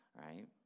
right